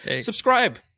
Subscribe